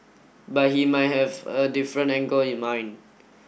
but he might have a different angle in mind